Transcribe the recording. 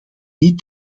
niet